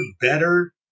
better